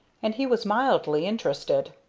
and he was mildly interested.